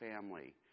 family